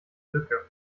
lücke